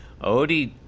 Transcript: Odie